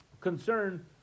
concern